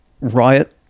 riot